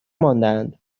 ماندهاند